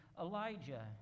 elijah